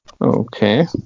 Okay